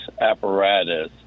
apparatus